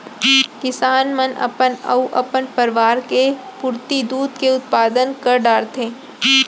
किसान मन अपन अउ अपन परवार के पुरती दूद के उत्पादन कर डारथें